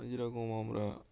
যেরকম আমরা